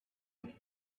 with